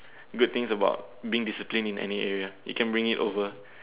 good things about being disciplined in any area you can bring it over